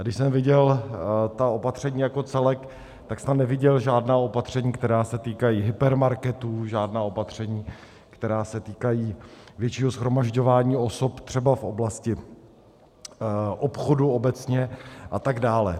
Když jsem viděl ta opatření jako celek, tak jsem neviděl žádná opatření, která se týkají hypermarketů, žádná opatření, která se týkají většího shromažďování osob třeba v oblasti obchodu obecně atd.